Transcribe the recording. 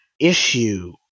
issue